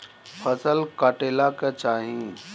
फसल काटेला का चाही?